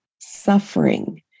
suffering